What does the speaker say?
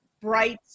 bright